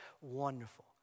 wonderful